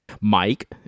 Mike